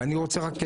ואני רוצה רק,